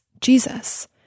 Jesus